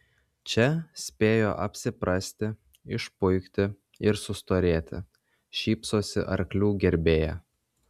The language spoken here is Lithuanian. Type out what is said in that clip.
čia spėjo apsiprasti išpuikti ir sustorėti šypsosi arklių gerbėja